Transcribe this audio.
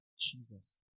Jesus